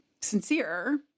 sincere